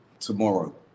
tomorrow